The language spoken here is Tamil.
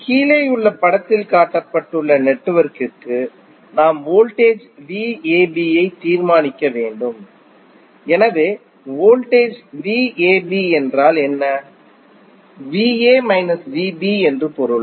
கீழேயுள்ள படத்தில் காட்டப்பட்டுள்ள நெட்வொர்க்கிற்கு நாம் வோல்டேஜ் VAB ஐ தீர்மானிக்க வேண்டும் எனவே வோல்டேஜ் VAB என்றால் VA VB என்று பொருள்